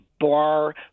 bar